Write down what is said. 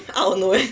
out of nowhere